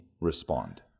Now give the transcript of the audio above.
respond